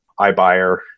iBuyer